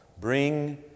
bring